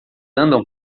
andam